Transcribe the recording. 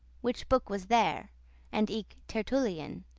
which book was there and eke tertullian,